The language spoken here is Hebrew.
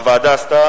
הוועדה עשתה